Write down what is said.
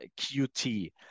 QT